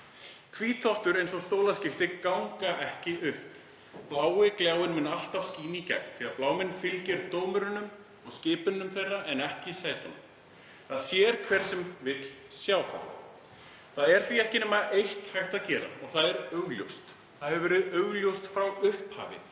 Hvítþvottur eins og stólaskipti gengur ekki upp. Blái gljáinn mun alltaf skína í gegn því að bláminn fylgir dómurum og skipunum þeirra en ekki sætunum. Það sér hver sem vill sjá það. Það er því ekki nema eitt hægt að gera og það er augljóst, það hefur verið augljóst frá upphafi.